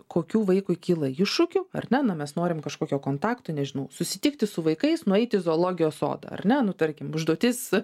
kokių vaikui kyla iššūkių ar ne na mes norim kažkokio kontakto nežinau susitikti su vaikais nueiti į zoologijos sodą ar ne nu tarkim užduotis